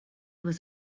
was